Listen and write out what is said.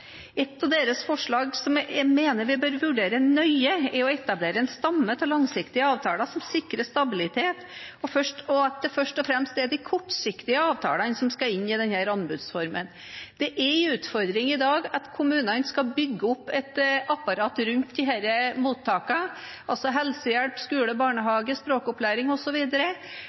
Et av deres forslag som jeg mener vi bør vurdere nøye, er å etablere en stamme av langsiktige avtaler som sikrer stabilitet, og at det først og fremst er de kortsiktige avtalene som skal inn i denne anbudsformen. Det er en utfordring i dag at kommunene skal bygge opp et apparat rundt disse mottakene – helsehjelp, skole,